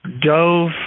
dove